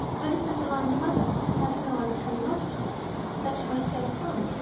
i just sent a line to mother, to let her know i was coming over to-day, so that she might stay at home.